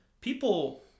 people